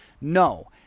no